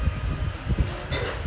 we don't have any job nothing